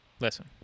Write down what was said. Listen